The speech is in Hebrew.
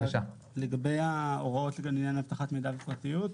לגבי ההוראות בעניים אבטחת מידע ופרטיות,